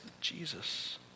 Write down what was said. Jesus